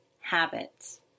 Habits